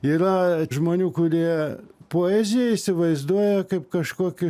yra žmonių kurie poeziją įsivaizduoja kaip kažkokį